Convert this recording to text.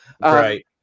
Right